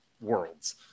worlds